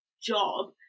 job